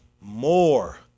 more